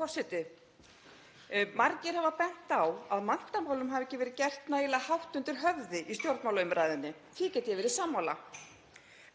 forseti. Margir hafa bent á að menntamálum hafi ekki verið gert nægilega hátt undir höfði í stjórnmálaumræðunni. Því get ég verið sammála.